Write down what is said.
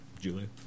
Julie